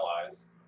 allies